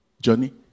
Johnny